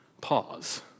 Pause